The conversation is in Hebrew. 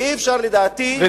ואי-אפשר, לדעתי,